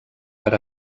per